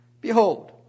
Behold